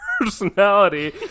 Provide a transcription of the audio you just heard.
personality